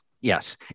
yes